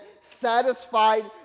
satisfied